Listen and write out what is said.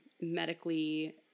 medically